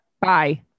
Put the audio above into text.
Bye